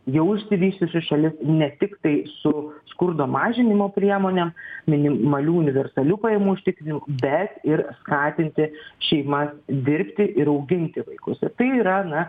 jau išsivysčiusi šalis ne tiktai su skurdo mažinimo priemonėm minimalių universalių pajamų užtikrinimu bet ir skatinti šeimas dirbti ir auginti vaikus ir tai yra na